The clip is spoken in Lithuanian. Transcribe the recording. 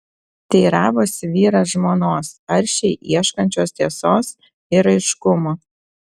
teiravosi vyras žmonos aršiai ieškančios tiesos ir aiškumo